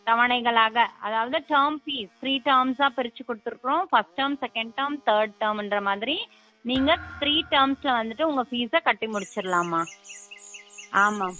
தவணைகளாக அதாவது term fees three டேர்ம்ஸாக பிரிச்சு கொடுத்துருக்கிறோம் first term second term third term இன்ற மாதிரி நீங்கள் த்ரீ டேர்ம்ஸில் வந்துவிட்டு உங்கள் ஃபீஸை கட்டி முடிச்சிரலாம்மா ஆமாம்